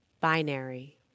binary